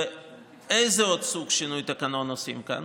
ועוד איזה סוג שינוי תקנון עושים כאן?